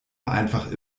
einfach